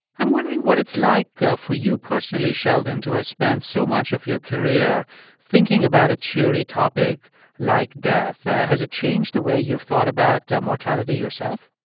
i'm wondering what it's like for you personally, sheldon, to have spent so much of your career thinking about a cheery topic like death. has it changed the way you thought about mortality yourself?